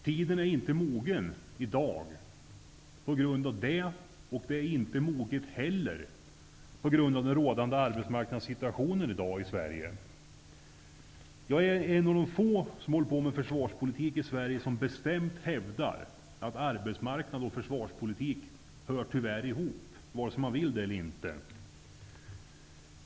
Tiden är inte mogen på grund av detta och inte heller på grund av den rådande arbetsmarknadssituationen i Sverige. Jag är en av de få försvarspolitiker i Sverige som bestämt hävdar att arbetsmarknad och försvarspolitik tyvärr hör ihop, vare sig man vill det eller inte.